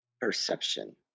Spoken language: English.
perception